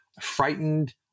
frightened